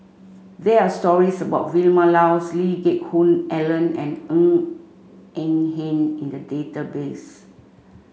there are stories about Vilma Laus Lee Geck Hoon Ellen and Ng Eng Hen in the database